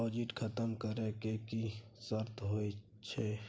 Deposit खतम करे के की सर्त होय छै?